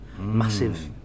massive